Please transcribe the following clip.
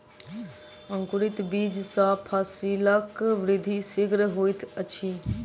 अंकुरित बीज सॅ फसीलक वृद्धि शीघ्र होइत अछि